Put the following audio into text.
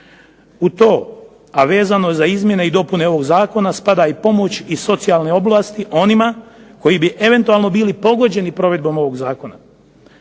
U to a vezano za izmjene i dopune ovog zakona spada i pomoć i socijalne pomoći oblasti onima koji bi eventualno bili pogođeni provedbom ovog zakona.